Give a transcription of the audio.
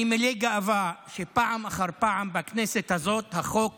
אני מלא גאווה שפעם אחר פעם בכנסת הזאת החוק